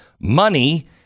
money